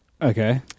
Okay